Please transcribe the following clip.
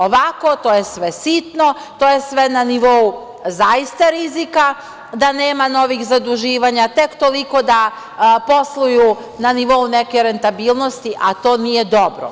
Ovako to je sve sitno, to je sve na nivou zaista rizika, da nema novih zaduživanja, tek toliko da posluju na nivou neke rentabilnosti, a to nije dobro.